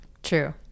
True